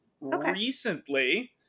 Recently